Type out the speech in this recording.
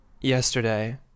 yesterday